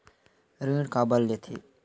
ऋण काबर लेथे?